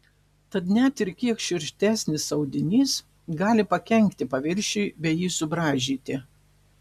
tad net ir kiek šiurkštesnis audinys gali pakenkti paviršiui bei jį subraižyti